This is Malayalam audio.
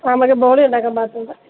ആ മറ്റേ ബോളി ഉണ്ടാക്കാൻ പാകത്തിനുള്ള